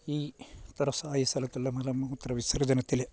ഈ തുറസ്സായ സ്ഥലത്തുള്ള മലമൂത്ര വിസർജ്ജനത്തിൽ